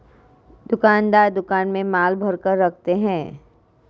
दुकानदार दुकान में माल भरकर रखते है